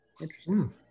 Interesting